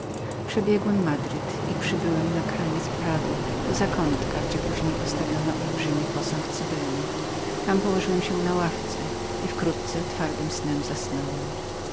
przebiegłem madryt i przybyłem na koniec prado do miejsca gdzie później postawiono olbrzymi posąg cybeli tam położyłem się na ławce i wkrótce twardym snem zasnąłem